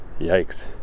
Yikes